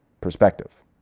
perspective